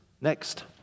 Next